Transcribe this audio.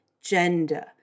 gender